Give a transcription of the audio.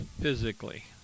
physically